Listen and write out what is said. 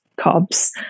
cobs